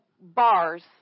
bars